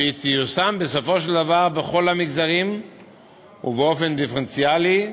שתיושם בסופו של דבר בכל המגזרים ובאופן דיפרנציאלי,